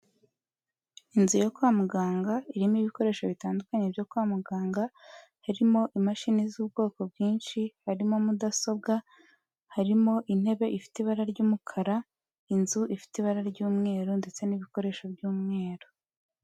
Inzu yo kwa muganga, irimo ibikoresho bitandukanye byo kwa muganga, harimo imashini z'ubwoko bwinshi, harimo mudasobwa, harimo intebe ifite ibara ry'umukara, inzu ifite ibara ry'umweru ndetse n'ibikoresho by'umweru.